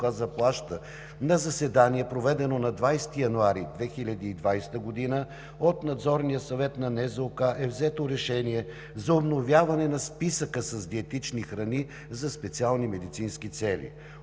заплаща, на заседание, проведено на 20 януари 2020 г. от Надзорния съвет на НЗОК е взето решение за обновяване на Списъка с диетични храни за специални медицински цели.